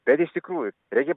bet iš tikrųjų reikia